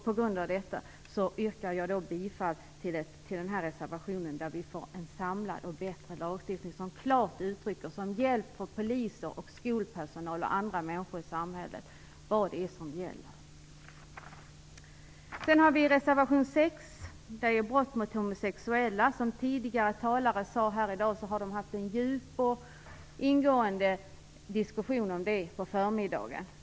På grund av detta yrkar jag bifall till reservation 5, som föreslår en samlad och bättre lagstiftning som hjälp för poliser, skolpersonal och andra människor i samhället att veta vad som gäller. Som redan sagts har man fört en ingående och djup diskussion om detta under förmiddagen.